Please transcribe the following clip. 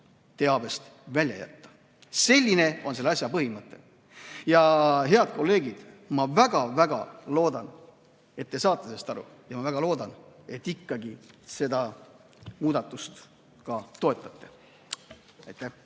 teabest välja jätta. Selline on selle asja põhimõte. Head kolleegid, ma väga-väga loodan, et te saate sellest aru, ja ma väga loodan, et te seda muudatust ikkagi ka toetate. Aitäh!